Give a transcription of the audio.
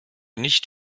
nicht